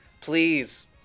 Please